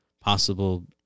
possible